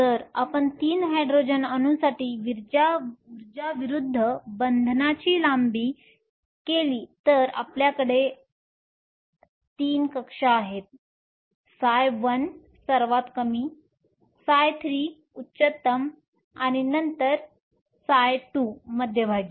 जर आपण 3 हायड्रोजन अणूंसाठी उर्जा विरुद्ध बंधनाची लांबी केली तर आपल्याकडे आपल्या 3 कक्षा आहेत ψ1 सर्वात कमी ψ3 उच्चतम आणि नंतर ψ2 मध्यभागी